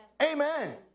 Amen